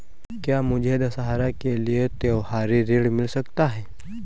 क्या मुझे दशहरा के लिए त्योहारी ऋण मिल सकता है?